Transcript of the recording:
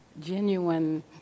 genuine